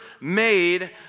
made